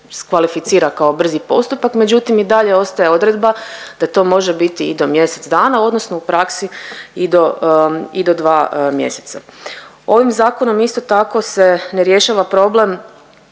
kvalificira kao brzi postupak. Međutim i dalje ostaje odredba da to može biti i do mjesec dana, odnosno u praksi i do 2 mjeseca. Ovim zakonom isto tako se ne rješava problem